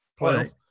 playoff